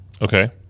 Okay